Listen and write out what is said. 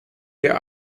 der